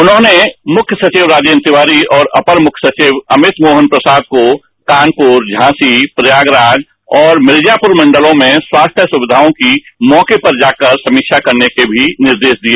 उन्होंने मुख्य सविव राजेन्द्र तिवारी और अपर मुख्य सविव स्वास्थ्य अमित मोहन प्रसाद को कानपुर झांसी प्रयागराज और मिर्जापुर मंडलों में स्वास्थ्य सुविधाओं की मौके पर जाकर समीक्षा करने के भी निर्देश दिए